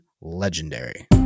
legendary